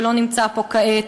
שלא נמצא פה כעת,